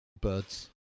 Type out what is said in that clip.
birds